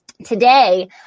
today